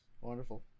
Wonderful